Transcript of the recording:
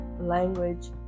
language